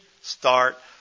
start